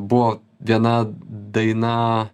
buvo viena daina